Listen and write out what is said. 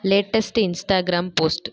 latest Instagram post